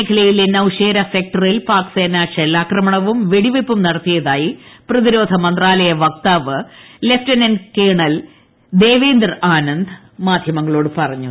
മേഖലയിലെ നൌഷേര സെക്ടറിൽ പാക്സേന ഷെല്ലാക്രമണവും വെടിവെയ്പും നടത്തിയതായി പ്രതിരോധ മന്ത്രാലയ വക്താവ് ലഫ്റ്റനന്റ് കേണൽ ദേവേന്ദർ ആനന്ദ് മാധ്യമങ്ങളോട് പറഞ്ഞു